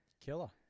Killer